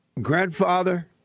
grandfather